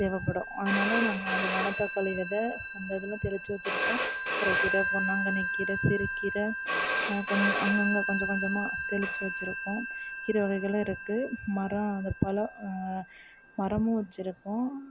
தேவைப்படும் அதனால் நாங்கள் அந்த மணத்தக்காளி வெதை அந்த இதில் தெளித்து வச்சிருப்போம் அரைக்கீர பொன்னாங்கண்ணிக்கீரை சிறுக்கீரை கொஞ்சம் அங்கங்க கொஞ்சம் கொஞ்சமாக தெளித்து வச்சிருப்போம் கீரை வகைகள் இருக்குது மரம் அது பழம் மரமும் வச்சிருக்கோம்